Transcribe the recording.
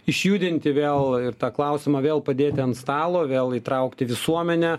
išjudinti vėl ir tą klausimą vėl padėti ant stalo vėl įtraukti visuomenę